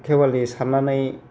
खेवालि सारनानै